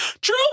True